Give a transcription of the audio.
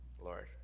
Lord